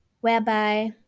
whereby